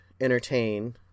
entertain